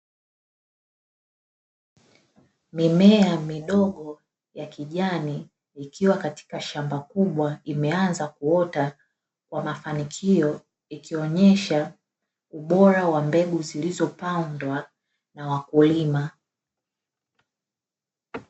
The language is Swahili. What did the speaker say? Mimea midogo ya kijani, ikiwa katika shamba kubwa imeanza kuota kwa mafanikio, ikionyesha ubora wa mbegu zilizopandwa na wakulima.